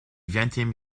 vingtième